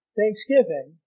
Thanksgiving